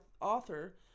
author